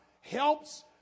helps